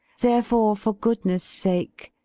therefore, for goodnesse sake,